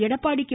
Edappadi K